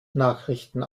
nachrichten